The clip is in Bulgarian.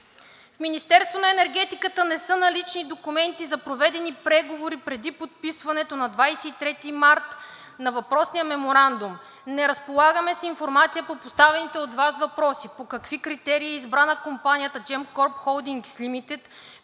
на енергетиката не са налични документи за проведени преговори преди подписването на 23 март 2022 г. на въпросния меморандум. Не разполагаме с информация по поставените от Вас въпроси: по какви критерий е избрана компанията Gemcorp Holdings Limited;